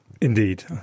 Indeed